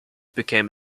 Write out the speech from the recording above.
became